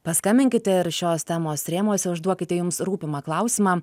paskambinkite ir šios temos rėmuose užduokite jums rūpimą klausimą